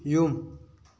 ꯌꯨꯝ